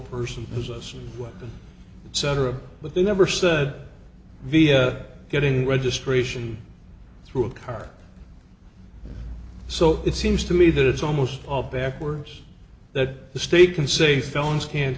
person has us weapon cetera but they never said via getting registration through a car so it seems to me that it's almost all backwards that the state can say felons can't